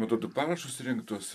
man atrodo parašus rinktus